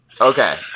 Okay